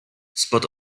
spod